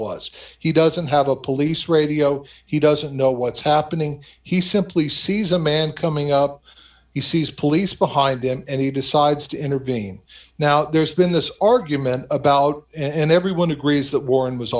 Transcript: swas he doesn't have a police radio he doesn't know what's happening he simply sees a man coming up he sees police behind them and he decides to intervene now there's been this argument about and everyone agrees that warren was